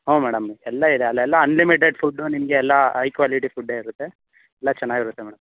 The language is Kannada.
ಹ್ಞೂ ಮೇಡಮ್ ಎಲ್ಲ ಇದೆ ಅಲ್ಲೆಲ್ಲ ಅನ್ಲಿಮಿಟೆಡ್ ಫುಡ್ಡು ನಿಮಗೆ ಎಲ್ಲ ಹೈ ಕ್ವಾಲಿಟಿ ಫುಡ್ಡೇ ಇರುತ್ತೆ ಎಲ್ಲ ಚೆನ್ನಾಗಿರುತ್ತೆ ಮೇಡಮ್